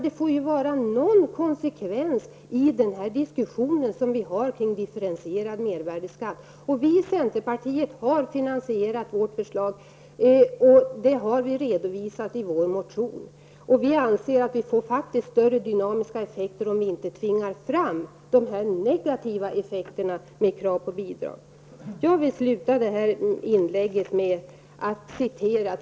Det får ju vara någon konsekvens i den diskussion som vi för kring differentierad mervärdeskatt. Vi i centerpartiet har finansierat vårt förslag, och det har vi redovisat i vår motion. Vi anser att de dynamiska effekterna blir större om inte de negativa effekterna tvingas fram och följs av krav på bidrag.